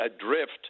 adrift